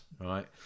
right